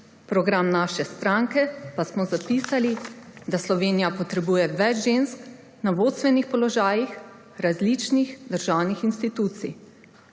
program naše stranke pa smo zapisali, da Slovenija potrebuje več žensk na vodstvenih položajih različnih državnih institucij.